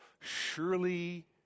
surely